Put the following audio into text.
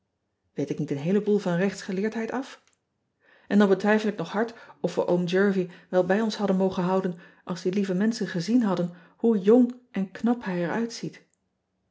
eet ik niet een heeleboel van rechtsgeleerdheid af n dan betwijfel ik nog hard of we om ervie wel bij ons hadden mogen houden als die lieve menschen gezien hadden hoe jong en knap hij